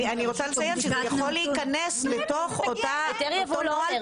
אני רוצה לציין שזה יכול להיכנס לתוך אותו נוהל